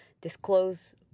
disclose